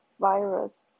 virus